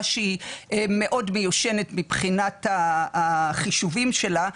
שהיא מאוד מיושנת מבחינת החישובים שלה,